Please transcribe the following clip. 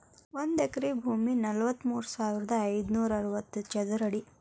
ಒಂದ ಎಕರೆ ಭೂಮಿ ನಲವತ್ಮೂರು ಸಾವಿರದ ಐದನೂರ ಅರವತ್ತ ಚದರ ಅಡಿ